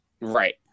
Right